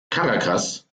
caracas